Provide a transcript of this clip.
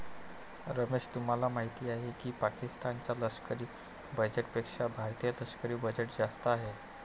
रमेश तुम्हाला माहिती आहे की पाकिस्तान च्या लष्करी बजेटपेक्षा भारतीय लष्करी बजेट जास्त आहे